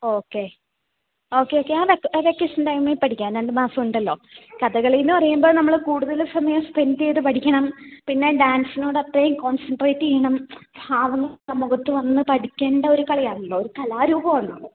okay okay ക്കെ vacation ടൈമിൽ പഠിക്കാം രണ്ട് മാസം ഉണ്ടല്ലോ കഥകളി എന്ന് പറയുമ്പോൾ നമ്മൾ കൂടുതൽ കൂടുതൽ സമയം സ്പെൻഡ് ചെയ്തു പഠിക്കണം പിന്നെ ഡാൻസിനോട് അത്രയും കോൺസെൻട്രേറ്റ് ചെയ്യണം ആവുന്ന സമയത്തു വന്നു പഠിക്കേണ്ട ഒരു കളിയാണല്ലോ ഒരു കലാരൂപം ആണല്ലോ